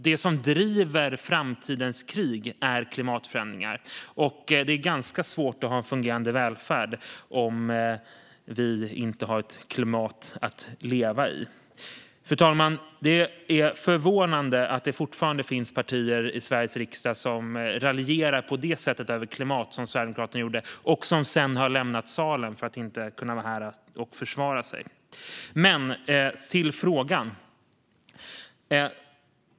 Det som driver framtidens krig är klimatförändringar, och det är ganska svårt att ha en fungerande välfärd om vi inte har ett klimat att leva i. Fru talman! Det är förvånande att det fortfarande finns partier i Sveriges riksdag som raljerar över klimatet på det sätt som Sverigedemokraterna gjorde och som sedan lämnar salen för att inte kunna vara här och försvara sig. Nu till frågan.